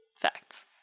Facts